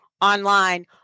online